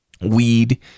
weed